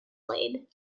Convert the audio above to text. laid